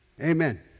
Amen